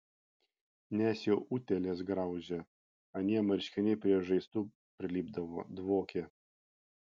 nes jau utėlės graužė anie marškiniai prie žaizdų prilipdavo dvokė